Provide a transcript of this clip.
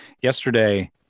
yesterday